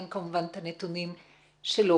נתונים.